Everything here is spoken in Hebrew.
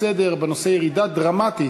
להעלות הצעה לסדר-היום בנושא: ירידה דרמטית